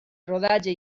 rodatge